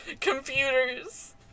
computers